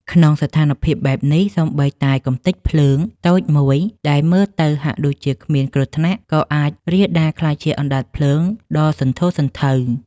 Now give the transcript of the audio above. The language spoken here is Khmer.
ក្នុងស្ថានភាពបែបនេះ សូម្បីតែកម្ទេចភ្លើងតូចមួយដែលមើលទៅហាក់ដូចជាគ្មានគ្រោះថ្នាក់ ក៏អាចរាលដាលក្លាយជាអណ្ដាតភ្លើងដ៏សន្ធោសន្ធៅ។